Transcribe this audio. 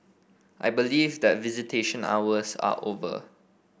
I believe that visitation hours are over